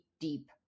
deep